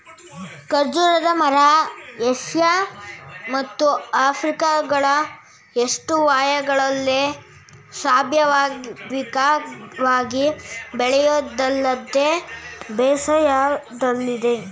ಖರ್ಜೂರದ ಮರ ಏಷ್ಯ ಮತ್ತು ಆಫ್ರಿಕಗಳ ಉಷ್ಣವಯಗಳಲ್ಲೆಲ್ಲ ಸ್ವಾಭಾವಿಕವಾಗಿ ಬೆಳೆಯೋದಲ್ಲದೆ ಬೇಸಾಯದಲ್ಲಿದೆ